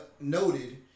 noted